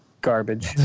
garbage